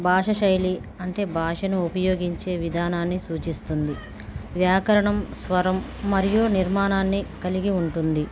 భాషా శైలి అంటే భాషను ఉపయోగించే విధానాన్ని సూచిస్తుంది వ్యాకరణం స్వరం మరియు నిర్మాణాన్ని కలిగి ఉంటుంది